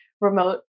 remote